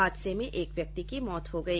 हादसे में एक व्यक्ति की मौत हो गई